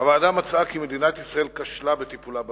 "הוועדה מצאה כי מדינת ישראל כשלה בטיפולה במפונים.